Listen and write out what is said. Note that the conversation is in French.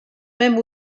même